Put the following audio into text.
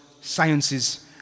sciences